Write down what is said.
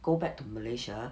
go back to malaysia